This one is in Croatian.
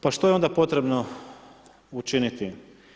Pa što je onda potrebno učiniti?